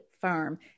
firm